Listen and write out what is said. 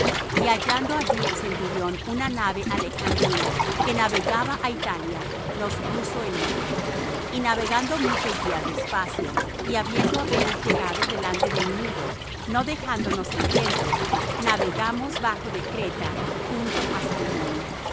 y hallando allí el centurión una nave alejandrina que navegaba á italia nos puso en ella y navegando muchos días despacio y habiendo apenas llegado delante de gnido no dejándonos el viento navegamos bajo de creta junto á salmón